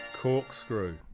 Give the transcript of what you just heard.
Corkscrew